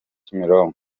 kimironko